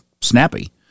snappy